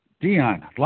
Dion